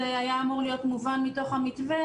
זה גם היה אמור להיות מובן מתוך המתווה,